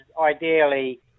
ideally